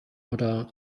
oder